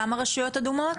כמה רשויות אדומות יש?